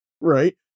Right